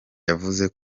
yavuze